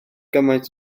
gymaint